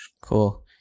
Cool